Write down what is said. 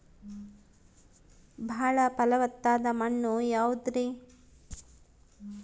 ಬಾಳ ಫಲವತ್ತಾದ ಮಣ್ಣು ಯಾವುದರಿ?